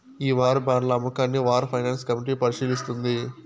ఈ వార్ బాండ్ల అమ్మకాన్ని వార్ ఫైనాన్స్ కమిటీ పరిశీలిస్తుంది